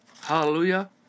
Hallelujah